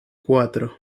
cuatro